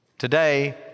Today